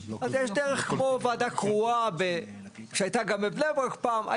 אז יש דרך כמו ועדה קרואה שהייתה גם בבני ברק פעם,